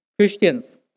Christians